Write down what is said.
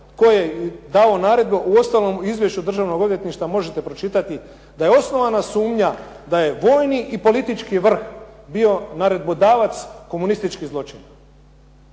tko je dao naredbe, uostalom u izvješću Državnog odvjetništva možete pročitati da je osnovana sumnja da je vojni i politički vrh bio naredbodavac komunističkih zločina.